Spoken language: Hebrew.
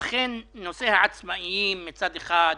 אכן נושא העצמאים, מצד אחד,